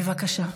בבקשה.